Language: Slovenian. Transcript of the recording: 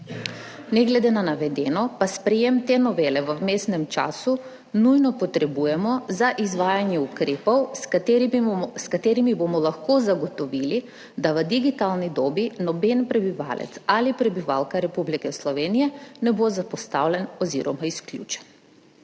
Ne glede na navedeno pa sprejetje te novele v vmesnem času nujno potrebujemo za izvajanje ukrepov, s katerimi bomo lahko zagotovili, da v digitalni dobi noben prebivalec ali prebivalka Republike Slovenije ne bo zapostavljen oziroma izključen.